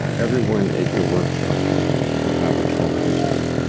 everyone at your workshops will have a trauma history